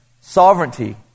sovereignty